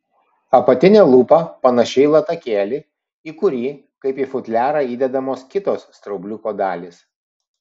apatinė lūpa panaši į latakėlį į kurį kaip į futliarą įdedamos kitos straubliuko dalys